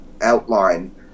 outline